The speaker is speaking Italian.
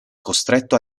costretto